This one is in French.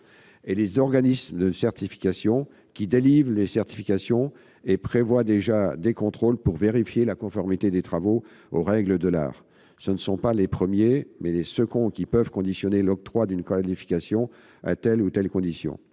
et les organismes de certification, qui délivrent les certifications et prévoient déjà des contrôles pour vérifier la conformité des travaux aux règles de l'art. Ce sont non pas les premiers, mais les seconds qui peuvent conditionner l'octroi d'une qualification à telle ou telle condition.